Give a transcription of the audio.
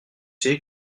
c’est